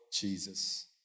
Jesus